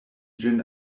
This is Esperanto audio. ĝin